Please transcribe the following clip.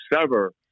sever